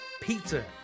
pizza